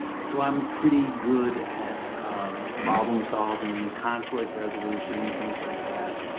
so i'm pretty good at problem solving, conflict resolution, things like that.